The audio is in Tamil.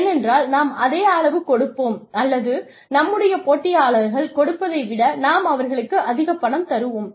ஏனென்றால் நாம் அதே அளவு கொடுப்போம் அல்லது நம்முடைய போட்டியாளர்கள் கொடுப்பதை விட நாம் அவர்களுக்கு அதிகப் பணம் தருவோம்